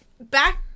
back